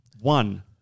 one